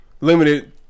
limited